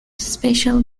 special